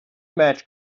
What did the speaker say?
match